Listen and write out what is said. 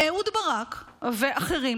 אהוד ברק ואחרים